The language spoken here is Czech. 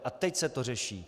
A teď se to řeší?